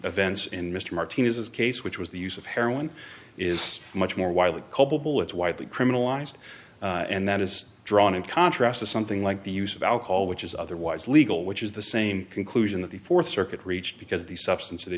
events in mr martinez's case which was the use of heroin is much more widely culpable it's widely criminalized and that is drawn in contrast to something like the use of alcohol which is otherwise legal which is the same conclusion that the th circuit reached because the substance